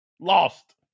Lost